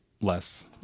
less